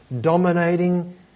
dominating